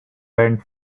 bent